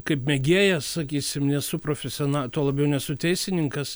kaip mėgėjas sakysim nesu profisiona tuo labiau nesu teisininkas